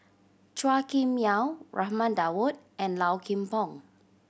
Chua Kim Yeow Raman Daud and Low Kim Pong